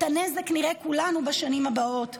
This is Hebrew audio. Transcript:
את הנזק נראה כולנו בשנים הבאות,